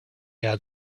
had